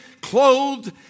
clothed